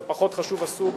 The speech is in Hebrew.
פחות חשוב הסוג,